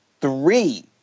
three